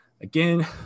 Again